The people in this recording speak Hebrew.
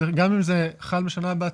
גם אם זה חל משנה הבאה,